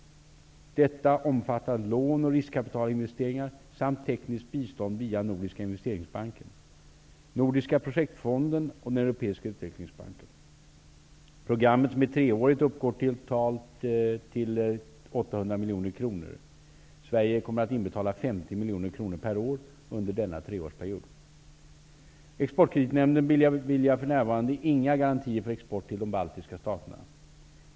Detta omfattar lån och riskkapitalinvesteringar samt tekniskt bistånd via Nordiska investeringsbanken, Nordiska projektfonden och den europeiska utvecklingsbanken. Programmet, som är treårigt, uppgår totalt till drygt 800 miljoner kronor. Sverige kommer att inbetala 50 miljoner kronor per år under denna treårsperiod. Exportkreditnämnden, EKN, beviljar för närvarande inga garantier för export till de baltiska staterna.